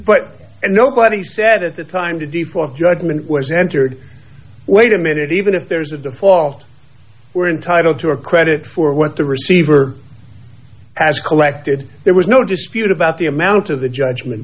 but nobody said at the time to default judgment was entered wait a minute even if there's a default we're entitled to a credit for what the receiver has collected there was no dispute about the amount of the judgment